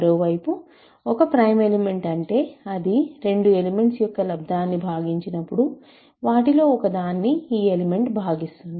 మరోవైపు ఒక prime element అంటే అది రెండు ఎలిమెంట్స్ యొక్క లబ్దాన్ని భాగించినప్పుడు వాటిలో ఒకదాన్నిఈ ఎలిమెంట్ భాగిస్తుంది